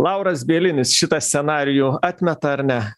lauras bielinis šitą scenarijų atmeta ar ne